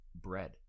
bread